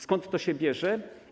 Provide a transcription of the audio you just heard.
Skąd to się bierze?